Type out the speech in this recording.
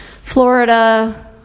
Florida